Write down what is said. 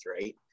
right